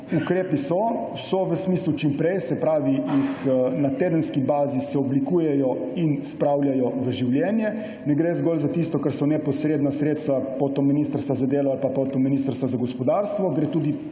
Ukrepi so. So v smislu čim prej, na tedenski bazi se oblikujejo in spravljajo v življenje. Ne gre zgolj za tisto, kar so neposredna sredstva potom Ministrstva za delo ali pa potom Ministrstva za gospodarstvo. Gre tudi